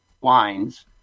Wines